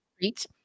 great